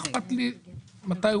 כן,